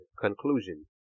conclusion